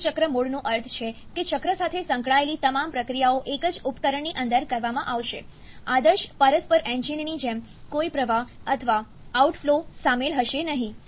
બંધ ચક્ર મોડનો અર્થ છે કે ચક્ર સાથે સંકળાયેલી તમામ પ્રક્રિયાઓ એક જ ઉપકરણની અંદર કરવામાં આવશે આદર્શ પરસ્પર એન્જિનની જેમ કોઈ પ્રવાહ અથવા આઉટફ્લો સામેલ હશે નહીં